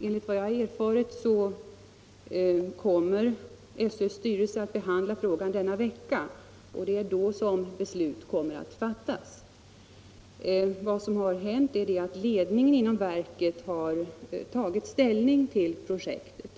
Enligt vad jag erfarit kommer SÖ:s styrelse att behandla frågan denna vecka, och det är då beslut kommer att fattas. Vad som hänt är att ledningen inom verket har tagit ställning till projektet.